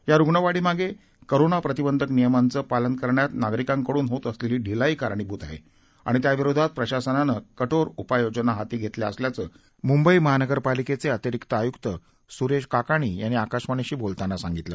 या रुग्णवाढीमागे कोरोना प्रतिबंधक नियमांचं पालन करण्यात नागरिकांकडून होत असलेली ढिलाई कारणीभूत आहे आणि त्याविरोधात प्रशासनानं कठोर उपाययोजना हाती घेतल्या असल्याचं मुंबई महानगरपालिकेचे अतिरिक्त आयुक्त सुरेश काकणी यांनी आकाशवाणीशी बोलताना सांगितलं